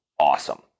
awesome